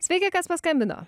sveiki kas paskambino